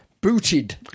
Booted